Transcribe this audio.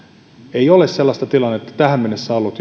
ei ole sellaista tilannetta tähän mennessä ollut